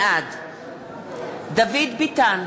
בעד דוד ביטן,